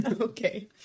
okay